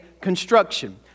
construction